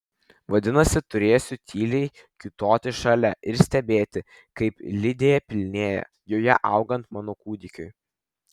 vadinasi turėsiu tyliai kiūtoti šalia ir stebėti kaip lidė pilnėja joje augant mano kūdikiui